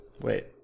Wait